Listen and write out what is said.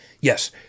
yes